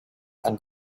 and